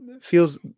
feels